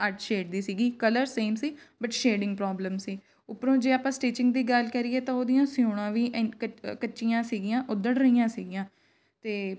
ਅੱਡ ਸ਼ੇਡ ਦੀ ਸੀਗੀ ਕਲਰ ਸੇਮ ਸੀ ਬਟ ਸ਼ੇਡਿੰਗ ਪ੍ਰੋਬਲਮ ਸੀ ਉੱਪਰੋਂ ਜੇ ਆਪਾਂ ਸਟਿਚਿੰਗ ਦੀ ਗੱਲ ਕਰੀਏ ਤਾਂ ਉਹਦੀਆਂ ਸਿਊਣਾ ਵੀ ਐਨ ਕੱਚ ਕੱਚੀਆਂ ਸੀਗੀਆਂ ਉੱਧੜ ਰਹੀਆਂ ਸੀਗੀਆਂ ਅਤੇ